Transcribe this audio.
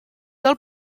del